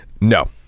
no